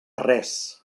res